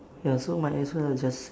ya so might as well I just